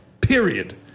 period